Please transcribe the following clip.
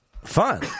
fun